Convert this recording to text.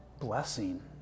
Blessing